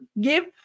give